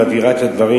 מבהירה את הדברים.